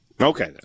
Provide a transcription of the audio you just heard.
Okay